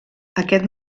aquest